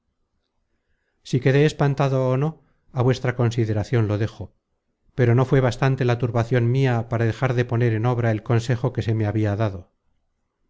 si quedé espantado ó no á vuestra consideracion lo dejo pero no fué bastante la turbacion mia para dejar de poner en obra el content from google book search generated at ren consejo que se me habia dado